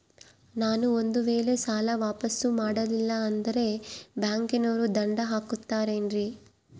ನಾನು ಒಂದು ವೇಳೆ ಸಾಲ ವಾಪಾಸ್ಸು ಮಾಡಲಿಲ್ಲಂದ್ರೆ ಬ್ಯಾಂಕನೋರು ದಂಡ ಹಾಕತ್ತಾರೇನ್ರಿ?